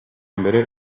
mbere